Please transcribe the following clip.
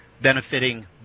benefiting